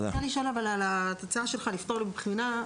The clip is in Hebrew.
אני רוצה לשאול על ההצעה שלך לפטור מבחינה.